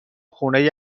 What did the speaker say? خونه